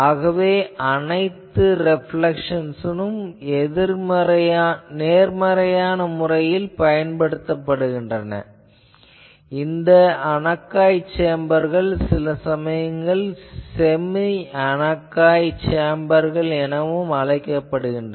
ஆகவே அனைத்து ரேப்லேக்சன்களும் நேர்மறையான முறையில் பயன்படுத்தப்படுகின்றன இந்த அனக்காய் சேம்பர்கள் சில சமயங்களில் செமி அனக்காய் சேம்பர்கள் என்றும் அழைக்கப்படுகின்றன